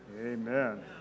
Amen